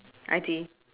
I_T